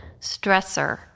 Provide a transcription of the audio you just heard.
stressor